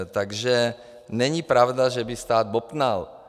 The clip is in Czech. Takže není pravda, že by stát bobtnal.